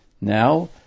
Now